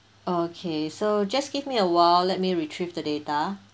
okay so just give me a while let me retrieve the data